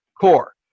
core